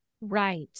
Right